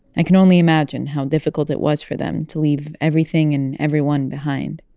i can only imagine how difficult it was for them to leave everything and everyone behind.